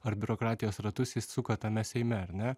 ar biurokratijos ratus jis suka tame seime ar ne